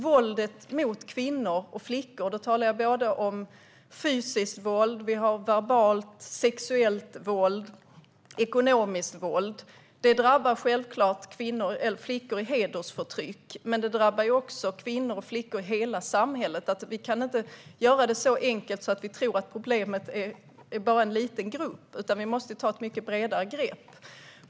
Våldet mot kvinnor och flickor - fysiskt, verbalt, sexuellt och ekonomiskt våld - drabbar självklart flickor som utsätts för hedersförtryck, men det drabbar också kvinnor och flickor i hela samhället. Vi kan inte göra det så enkelt att vi tror att problemet bara gäller en liten grupp, utan vi måste ta ett mycket bredare grepp.